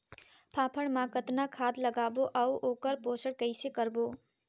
फाफण मा कतना खाद लगाबो अउ ओकर पोषण कइसे करबो?